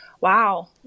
Wow